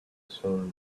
shoulder